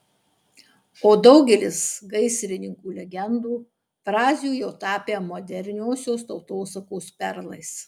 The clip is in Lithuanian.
o daugelis gaisrininkų legendų frazių jau tapę moderniosios tautosakos perlais